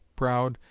proud,